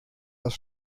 das